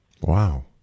Wow